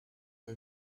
der